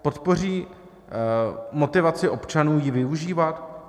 Podpoří motivaci občanů ji využívat?